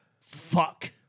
Fuck